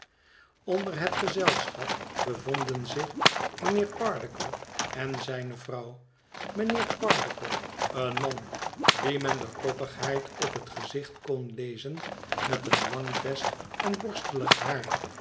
onder het gezelschap bevonden zich mijnheer pardiggle en zijne vrouw mijnheer pardiggle een man wien men de koppigheid op het gezicht kon lezen met een lang vest en borstelig haar